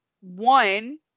one